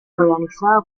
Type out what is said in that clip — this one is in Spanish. organizada